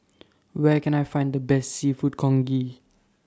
Where Can I Find The Best Seafood Congee